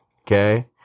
Okay